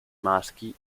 maschi